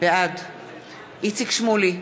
בעד איציק שמולי,